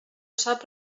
sap